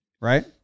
right